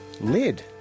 lead